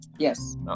Yes